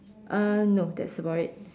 uh no that's about it